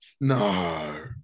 No